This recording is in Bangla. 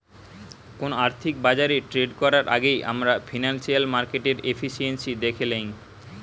কোনো আর্থিক বাজারে ট্রেড করার আগেই আমরা ফিনান্সিয়াল মার্কেটের এফিসিয়েন্সি দ্যাখে নেয়